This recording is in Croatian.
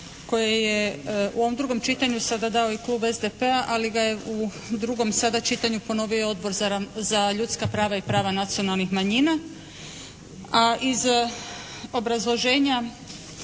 koje je u ovom drugom čitanju sada dao i klub SDP-a ali ga je u drugom sada čitanju ponovio Odbor za ljudska prava i prava nacionalnih manjina. A iz obrazloženja